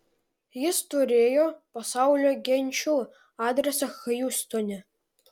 jis turėjo pasaulio genčių adresą hjustone